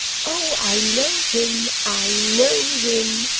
oh! i know him, i know him